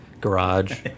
garage